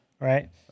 right